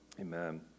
amen